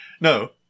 No